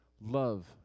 Love